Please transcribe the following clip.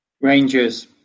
Rangers